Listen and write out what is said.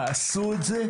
תעשו את זה.